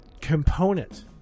component